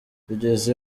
bigeze